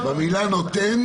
המילה נותן,